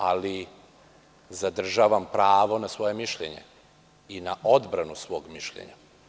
Ali, zadržavam pravo na svoje mišljenje i na odbranu svog mišljenja.